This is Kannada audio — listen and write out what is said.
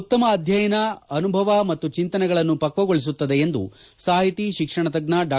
ಉತ್ತಮ ಅಧ್ಯಯನ ಅನುಭವ ಮತ್ತು ಚಿಂತನೆಗಳನ್ನು ಪಕ್ವಗೊಳಿಸುತ್ತದೆ ಎಂದು ಸಾಹಿತಿ ಶಿಕ್ಷಣ ತಜ್ಞ ಡಾ